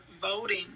voting